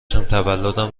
تولدم